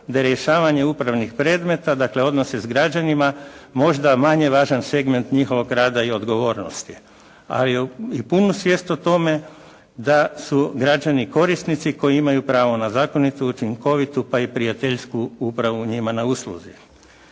da je rješavanje upravnih predmeta dakle odnose s građanima možda manje važan segment njihovog rada i odgovornosti. Ali i punu svijest o tome da su građani korisnici koji imaju pravo na zakonitu, učinkovitu pa i prijateljsku upravu njima na usluzi.